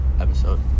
episode